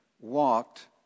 walked